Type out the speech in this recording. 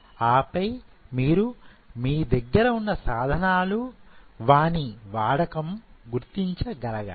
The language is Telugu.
ఆపై మీరు మీ దగ్గర ఉన్న సాధనాలు వాని వాడకం గుర్తించగలగాలి